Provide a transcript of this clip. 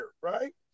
right